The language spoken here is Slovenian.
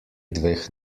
dveh